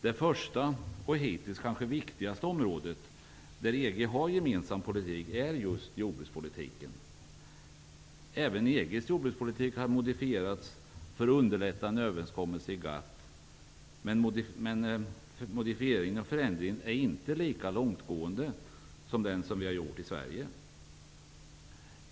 Det första och hittills kanske viktigaste området där EG har gemensam politik är just jordbrukspolitiken. Även EG:s jordbrukspolitik har modifierats för att underlätta en överenskommelse i GATT, men förändringen är inte lika långtgående som den vi har gjort i Sverige.